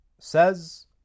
says